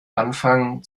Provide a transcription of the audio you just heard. anfangen